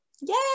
Yay